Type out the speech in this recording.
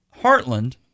Heartland